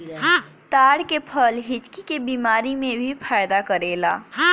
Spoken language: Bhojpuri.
ताड़ के फल हिचकी के बेमारी में भी फायदा करेला